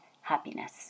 happiness